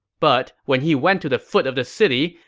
but when he went to the foot of the city